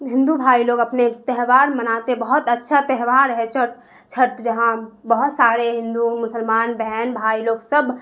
ہندو بھائی لوگ اپنے تہوار مناتے بہت اچھا تہوار ہے چھٹ چھٹ جہاں بہت سارے ہندو مسلمان بہن بھائی لوگ سب